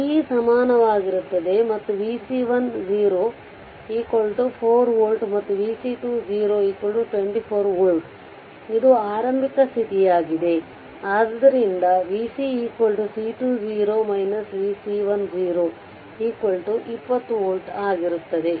c ಸಮಾನವಾಗಿರುತ್ತದೆ ಮತ್ತು vC14 volt ಮತ್ತು v C2 24 ವೋಲ್ಟ್ ಇದು ಆರಂಭಿಕ ಸ್ಥಿತಿಯಾಗಿದೆ ಆದ್ದರಿಂದ v c C2 v C1 20 volt ಆಗಿರುತ್ತದೆ